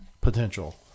potential